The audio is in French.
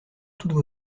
toutes